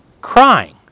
crying